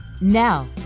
Now